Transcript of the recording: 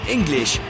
English